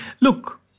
Look